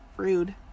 rude